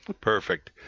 perfect